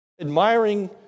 Admiring